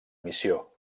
missió